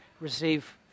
receive